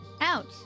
out